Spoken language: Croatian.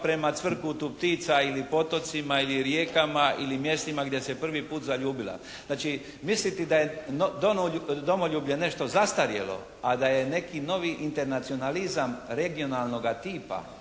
prema cvrkutu ptica ili potocima ili rijekama ili mjestima gdje se prvi put zaljubila. Znači, misliti da je domoljublje nešto zastarjelo, a da je neki novi internacionalizam regionalnoga tipa,